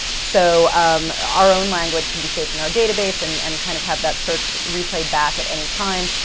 so um our own language can be saved in our database and and kind of have that search replayed back at any time.